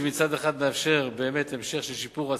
שמצד אחד מאפשר באמת המשך של שיפור הצמיחה,